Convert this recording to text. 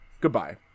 Goodbye